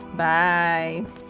bye